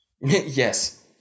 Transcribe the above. Yes